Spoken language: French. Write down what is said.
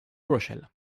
rochelle